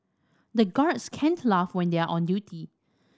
the guards can't laugh when they are on duty